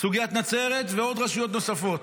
סוגיית נצרת ועוד רשויות נוספות.